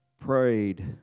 prayed